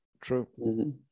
true